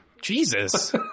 Jesus